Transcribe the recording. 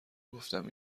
گفتم